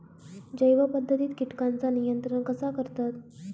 जैव पध्दतीत किटकांचा नियंत्रण कसा करतत?